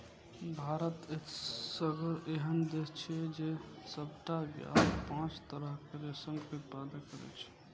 भारत एसगर एहन देश छियै, जे सबटा ज्ञात पांच तरहक रेशम के उत्पादन करै छै